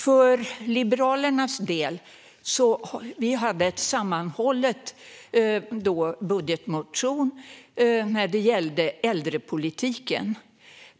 För Liberalernas del hade vi en sammanhållen budgetmotion gällande äldrepolitiken.